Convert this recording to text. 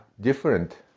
different